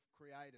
created